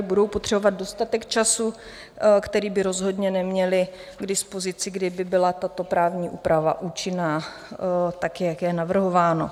Budou potřebovat dostatek času, který by rozhodně neměly k dispozici, kdyby byla tato právní úprava účinná tak, jak je navrhováno.